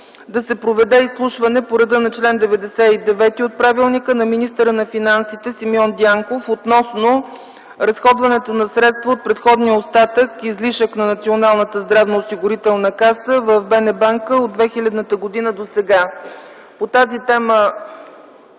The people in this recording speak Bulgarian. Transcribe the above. да се проведе изслушване по реда на чл. 99 от правилника на министъра на финансите Симеон Дянков относно разходването на средства от предходния остатък – излишък на Националната здравноосигурителна каса в БНБ от 2000 г. досега.